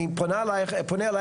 אני פונה אליך,